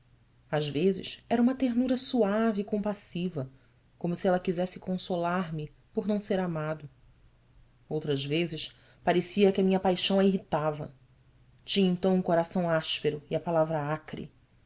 às vezes era uma ternura suave e compassiva como se ela quisesse consolar-me por não ser amado outras vezes parecia que a minha paixão a irritava tinha então o coração áspero e a palavra acre